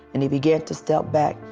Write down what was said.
and he began to step back.